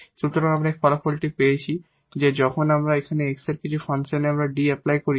সুতরাং আমরা এই ফলাফলটি পেয়েছি যে যখন আমরা এখানে X এর একটি ফাংশনে 𝐷 প্রয়োগ করি